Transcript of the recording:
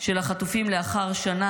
החטופים לאחר שנה.